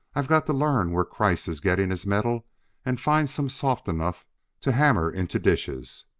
i've got to learn where kreiss is getting his metal and find some soft enough to hammer into dishes.